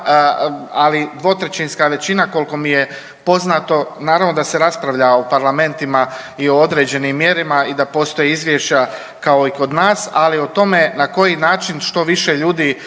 ali dvotrećinska većina koliko mi je poznato naravno da se raspravlja u parlamentima i o određenim mjerama i da postoje izvješća kao i kod nas, ali o tome na koji način što više ljudi